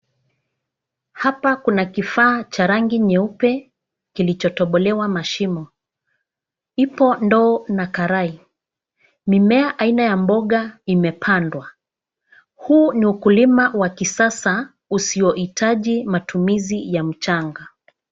Hapa kuna kifaa cha rangi nyeupe, kilichotobolewa mashimo. Ipo ndoo na karai. Mimea aina ya mboga imepandwa. Huu ni ukulima wa kisasa, usiohitaji matumizi ya mchanga.